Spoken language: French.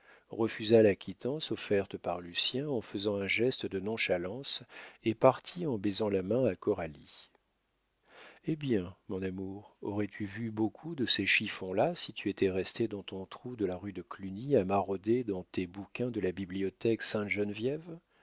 refusa la quittance offerte par lucien en faisant un geste de nonchalance et partit en baisant la main à coralie eh bien mon amour aurais-tu vu beaucoup de ces chiffons là si tu étais resté dans ton trou de la rue de cluny à marauder dans tes bouquins de la bibliothèque